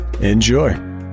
enjoy